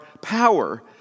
power